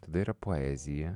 tada yra poezija